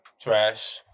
Trash